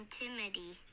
timidity